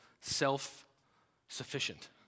self-sufficient